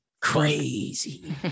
Crazy